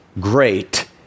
great